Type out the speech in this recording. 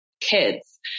kids